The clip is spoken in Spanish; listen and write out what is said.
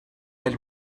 del